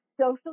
Social